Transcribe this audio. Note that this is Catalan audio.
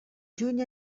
juny